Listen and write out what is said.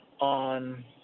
on